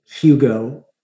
Hugo